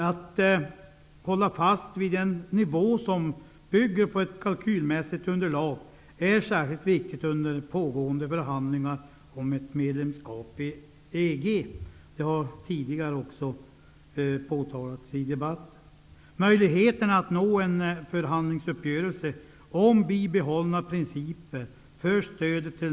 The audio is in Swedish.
Att hålla fast vid en nivå som fastställts utifrån ett kalkylmässigt underlag är särskilt viktigt under pågående förhandlingar om ett medlemskap i EG, vilket också har påpekats tidigare i debatten.